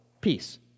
Peace